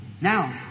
Now